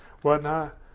whatnot